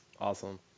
Awesome